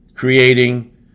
creating